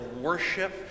worship